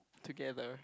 together